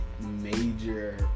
major